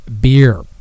beer